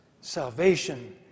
salvation